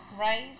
right